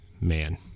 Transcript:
man